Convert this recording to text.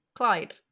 Clyde